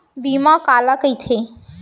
बीमा काला कइथे?